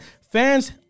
Fans